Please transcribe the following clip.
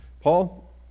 Paul